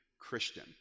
Christian